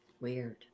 Weird